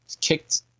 kicked